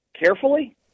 Carefully